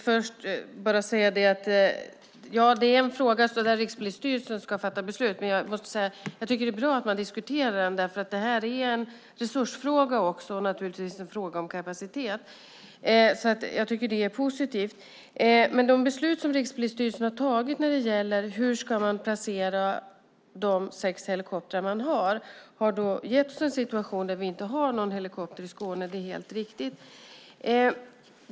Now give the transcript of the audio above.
Fru talman! Ja, det här är en fråga som Rikspolisstyrelsen ska fatta beslut om. Men det är bra att detta diskuteras eftersom det också är en resursfråga och naturligtvis en fråga om kapacitet. Jag tycker alltså att det är positivt att detta diskuteras. Rikspolisstyrelsens beslut om hur de sex helikoptrar som finns ska placeras har gett oss situationen att vi inte har någon helikopter i Skåne; det är helt riktigt att det är så.